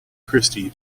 christie